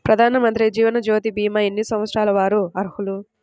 ప్రధానమంత్రి జీవనజ్యోతి భీమా ఎన్ని సంవత్సరాల వారు అర్హులు?